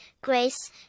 grace